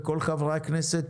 וכל חברי הכנסת